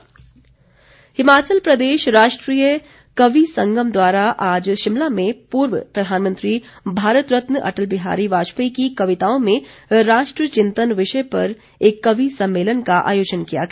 कवि सम्मेलन हिमाचल प्रदेश राष्ट्रीय कवि संगम द्वारा आज शिमला में पूर्व प्रधानमंत्री भारत रत्न अटल बिहारी वाजपेयी की कविताओं में राष्ट्र चिंतन विषय पर एक कवि सम्मेलन का आयोजन किया गया